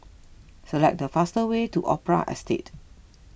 select the fastest way to Opera Estate